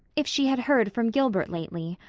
if she had heard from gilbert lately.